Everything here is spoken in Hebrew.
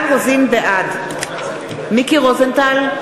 בעד מיקי רוזנטל,